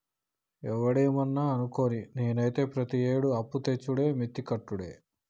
ఒవడేమన్నా అనుకోని, నేనైతే ప్రతియేడూ అప్పుతెచ్చుడే మిత్తి కట్టుడే